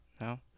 No